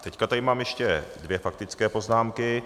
Teď tady mám ještě dvě faktické poznámky.